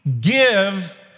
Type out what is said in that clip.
give